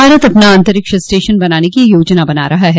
भारत अपना अंतरिक्ष स्टेशन बनाने की योजना बना रहा है